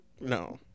No